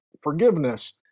Forgiveness